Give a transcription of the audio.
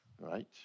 Right